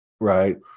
right